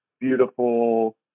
beautiful